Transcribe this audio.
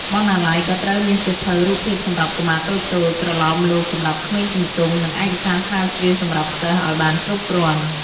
បណ្ណាល័យក៍ត្រូវមានសៀវភៅរូបភាពសម្រាប់កុមារតូចៗ ប្រលោមលោកសម្រាប់ក្មេងជំទង់ និងឯកសារស្រាវជ្រាវសម្រាប់សិស្សអោយបានគ្រប់គ្រាន់ ។